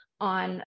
on